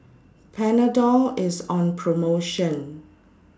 Panadol IS on promotion